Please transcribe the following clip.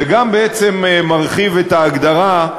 וגם בעצם מרחיבים את ההגדרה,